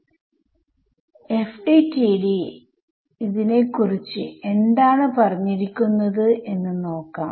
FDTD ഇതിനെ കുറിച്ച് എന്താണ് പറഞ്ഞിരിക്കുന്നത് എന്ന് നോക്കാം